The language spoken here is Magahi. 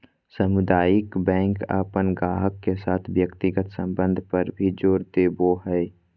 सामुदायिक बैंक अपन गाहक के साथ व्यक्तिगत संबंध पर भी जोर देवो हय